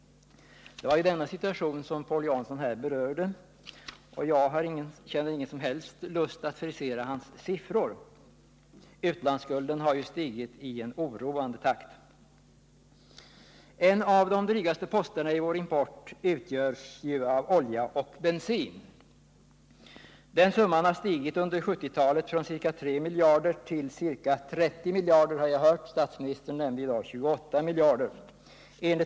Det var denna situation som Paul Jansson här berörde, och jag känner ingen som helst lust att frisera hans siffror. Utlandsskulden har ju stigit i en oroande takt. En av de drygaste posterna i vår import utgörs av olja och bensin. Summan för den importen har stigit under 1970-talet från ca 3 miljarder till ca 30 miljarder.